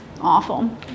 awful